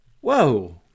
Whoa